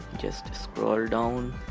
just scroll down